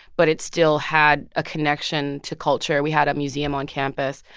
but it still had a connection to culture. we had a museum on campus.